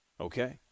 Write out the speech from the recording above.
Okay